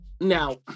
Now